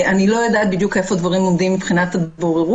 אני לא יודעת בדיוק איפה הדברים עומדים מבחינת הבוררות